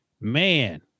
man